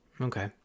Okay